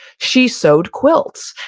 she sewed quilts,